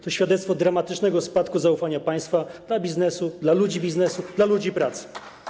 To świadectwo dramatycznego spadku zaufania państwa do biznesu, do ludzi biznesu, do ludzi pracy.